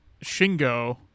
Shingo